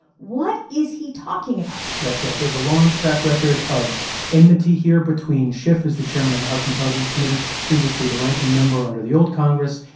what is he talking about? that's right. there's a long track record of enmity here between schiff, who's the chairman of the house intelligence committee, previously the ranking member under the old congress,